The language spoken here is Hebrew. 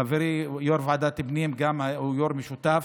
חברי יו"ר ועדת הפנים שהוא גם יו"ר משותף,